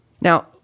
Now